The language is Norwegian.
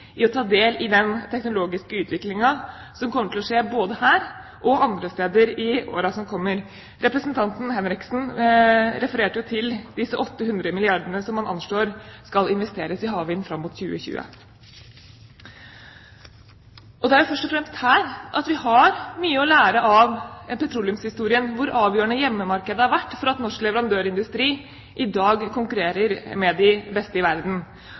i å ta del i den teknologiske utviklingen som kommer til å skje både her og andre steder i årene som kommer. Representanten Henriksen refererte til de 800 milliardene som man anslår skal investeres i havvind fram mot 2020. Det er først og fremst her vi har mye å lære av petroleumshistorien, om hvor avgjørende hjemmemarkedet har vært for at norsk leverandørindustri i dag konkurrerer med de beste i verden.